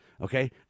okay